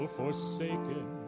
forsaken